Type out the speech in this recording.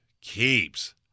keeps